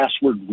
password